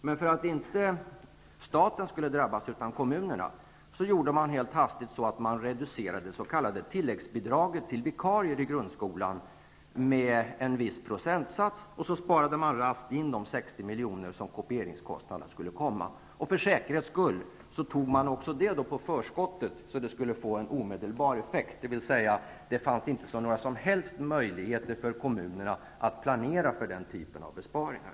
Men för att inte staten utan i stället kommunerna skulle drabbas, reducerade man helt hastigt det s.k. tilläggsbidraget till vikarier i grundskolan med en viss procentsats och sparade raskt in de 60 milj.kr. som kopieringskostnaden skulle komma att uppgå till. För säkerhets skull tog man också detta av förskottet så att det skulle få omedelbar effekt. Det fanns inte några som helst möjligheter för kommunerna att planera för den typen av besparingar.